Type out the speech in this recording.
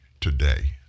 today